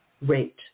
rate